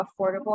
affordable